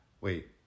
wait